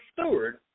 steward